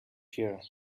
here